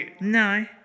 No